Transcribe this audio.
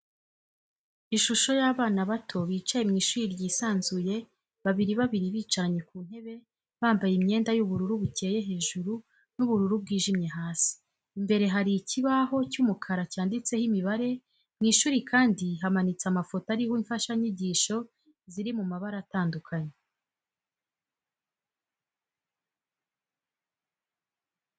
Ishusho y'abana bato bicaye mu ishuri ryisanzuye, babiri babiri bicaranye ku ntebe, bambaye imyenda y'ubururu bukeye hejuru n'ubururu bwijimye hasi, imbere hari ikibaho cy'umukara cyanditseho imibare, mu ishuri kandi hamanitse amafoto ariho imfashanyigisho ziri mu mabara atandukanye.